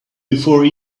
before